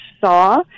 saw